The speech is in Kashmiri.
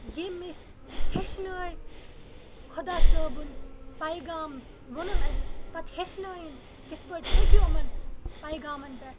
ییٚمۍ أسۍ ہیٚچھنٲے خۄدا صٲبُن پیغام ووٚنُن اَسہِ پتہٕ ہیٚچھنٲیِن کِتھ پٲٹھۍ پٔکِو یِمَن پیغامَن پٮ۪ٹھ